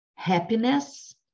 Happiness